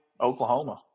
Oklahoma